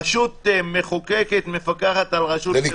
רשות מחוקקת מפקחת על הרשות המבצעת.